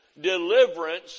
deliverance